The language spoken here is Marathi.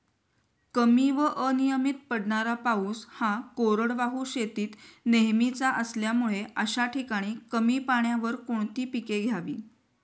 कमी व अनियमित पडणारा पाऊस हा कोरडवाहू शेतीत नेहमीचा असल्यामुळे अशा ठिकाणी कमी पाण्यावर कोणती पिके घ्यावी?